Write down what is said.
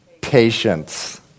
Patience